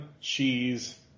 cheese